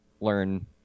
learn